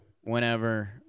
Whenever